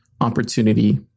opportunity